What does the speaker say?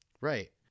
Right